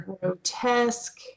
grotesque